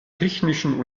technischen